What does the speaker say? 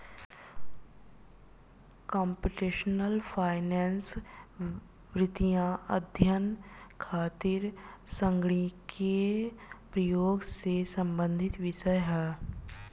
computational finance वित्तीय अध्ययन खातिर संगणकीय प्रयोग से संबंधित विषय ह